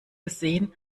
gesehen